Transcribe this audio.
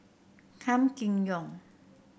Gan Kim Yong